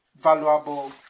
valuable